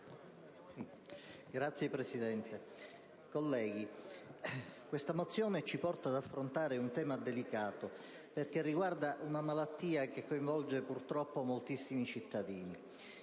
Signora Presidente, colleghi, questa mozione ci porta ad affrontare un tema delicato che riguarda una malattia che coinvolge purtroppo moltissimi cittadini.